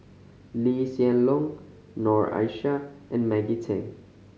Lee Hsien Loong Noor Aishah and Maggie Teng